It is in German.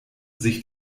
sich